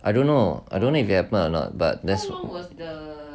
I don't know I don't know if it happened or not but that's